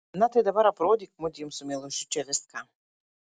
na tai dabar aprodyk mudviem su meilužiu čia viską